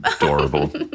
adorable